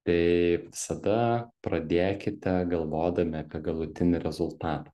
tai visada pradėkite galvodami apie galutinį rezultatą